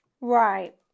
Right